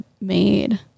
made